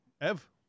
Ev